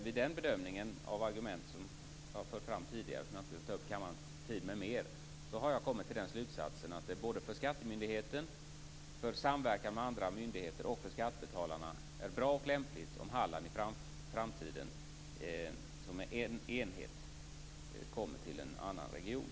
Vid den bedömningen av de argument som jag fört fram tidigare, men som jag inte vill ta upp kammarens tid med mer, har jag kommit till den slutsatsen att det både för skattemyndigheten, för samverkan med andra myndigheter och för skattebetalarna är bra och lämpligt om Halland i framtiden som en enhet kommer att tillhöra en annan region.